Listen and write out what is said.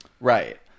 Right